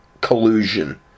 collusion